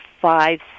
five